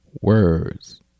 words